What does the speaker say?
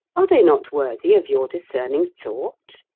are they not worthy of your discerning thought?